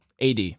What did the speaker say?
AD